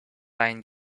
line